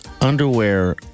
underwear